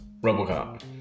Robocop